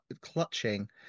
clutching